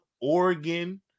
Oregon